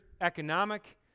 economic